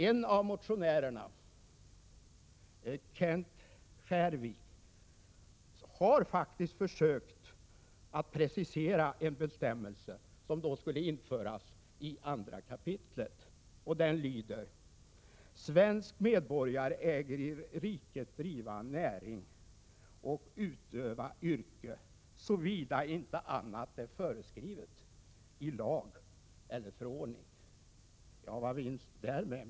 En av motionärerna, Kenth Skårvik, har faktiskt försökt att precisera en bestämmelse som skulle införas i 2 kap. Den lyder: ”Svensk medborgare äger i riket driva näring och utöva yrke såvida annat inte är föreskrivet i lag eller förordning.” — Vad vinns därmed?